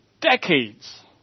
decades